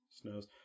snows